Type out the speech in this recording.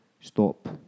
stop